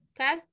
Okay